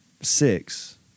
six